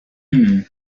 بیاری